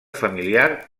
familiar